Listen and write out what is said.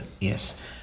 Yes